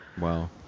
Wow